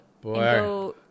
Boy